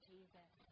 Jesus